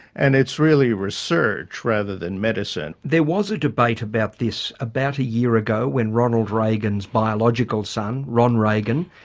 and it's really research rather than medicine. medicine. there was a debate about this about a year ago when ronald reagan's biological son, ron reagan,